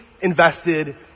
invested